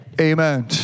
amen